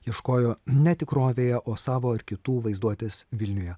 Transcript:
ieškojo ne tikrovėje o savo ar kitų vaizduotės vilniuje